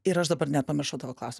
ir aš dabar net pamiršau tavo klausimą